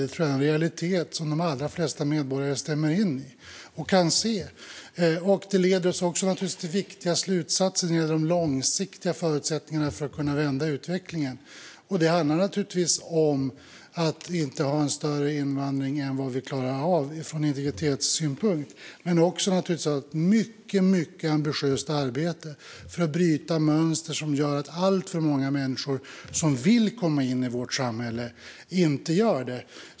Detta tror jag är en realitet som de allra flesta medborgare stämmer in i och kan se. Det leder naturligtvis oss till viktiga slutsatser när det gäller de långsiktiga förutsättningarna för att kunna vända utvecklingen. Det handlar naturligtvis om att inte ha en större invandring än vad vi klarar av från integrationssynpunkt men också om att ha ett mycket ambitiöst arbete för att bryta mönster som gör att alltför många människor som vill komma in i vårt samhälle inte gör det.